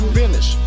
finish